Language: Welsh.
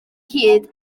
hid